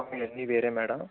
అవన్నీ వేరే మేడం